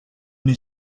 n’ai